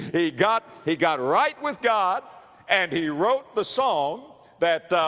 he got, he got right with god and he wrote the song that,